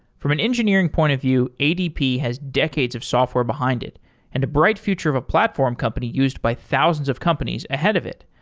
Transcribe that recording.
from an engineering point of view, adp has decades of software behind it and a bright future of a platform company used by thousands of companies ahead of it.